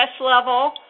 level